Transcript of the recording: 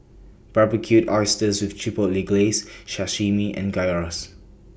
Barbecued Oysters with Chipotle Glaze Sashimi and Gyros